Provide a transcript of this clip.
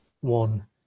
one